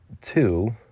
Two